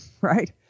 right